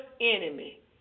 enemy